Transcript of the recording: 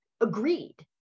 agreed